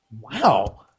wow